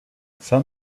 some